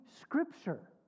Scripture